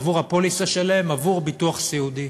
עבור הפוליסה שלהם, עבור ביטוח סיעודי.